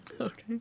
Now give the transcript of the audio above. Okay